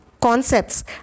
concepts